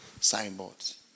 signboards